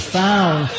found